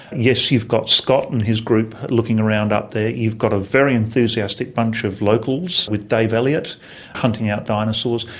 yes, you've got scott and his group looking around up there, you've got a very enthusiastic bunch of locals with dave elliott hunting out dinosaurs.